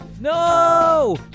No